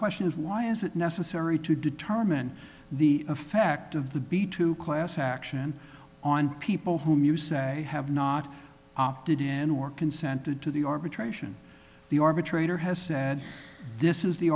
question is why is it necessary to determine the effect of the b two class action on people whom you say have not opted in or consented to the arbitration the arbitrator has said this is the